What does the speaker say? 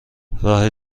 راه